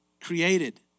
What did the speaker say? created